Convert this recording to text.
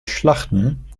schlachten